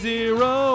Zero